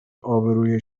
آبروی